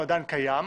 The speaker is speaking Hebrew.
הוא עדיין קיים,